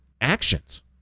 actions